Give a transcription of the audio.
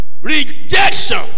rejection